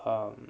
um